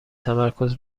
تمرکز